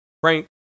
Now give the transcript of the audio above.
Frank